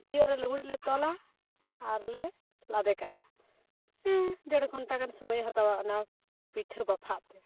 ᱯᱷᱟᱹᱛᱭᱟᱹᱜ ᱨᱮ ᱞᱩᱜᱽᱲᱤᱡ ᱞᱮ ᱛᱚᱞᱟ ᱟᱨᱞᱮ ᱞᱟᱫᱮ ᱠᱟᱜᱼᱟ ᱰᱮᱲ ᱜᱷᱚᱱᱴᱟ ᱜᱟᱱ ᱥᱩᱢᱟᱹᱭᱮ ᱦᱟᱛᱟᱣᱟ ᱚᱱᱟ ᱯᱤᱴᱷᱟᱹ ᱵᱟᱯᱷᱟᱜ ᱛᱮ